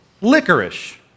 licorice